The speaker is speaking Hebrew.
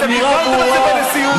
אתם דיברתם על זה בנשיאות,